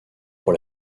pour